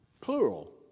Plural